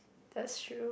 that's true